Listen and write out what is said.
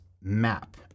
MAP